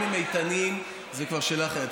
אם הם איתנים, זו כבר שאלה אחרת.